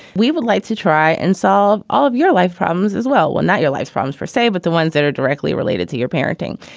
we would like to try and solve all of your life problems problems as well when that your life forms for save. but the ones that are directly related to your parenting,